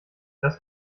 das